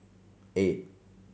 eight